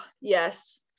Yes